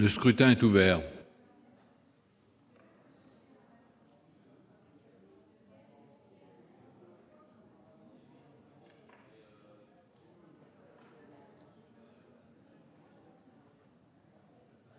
Le scrutin est ouvert.